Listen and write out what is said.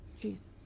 Jesus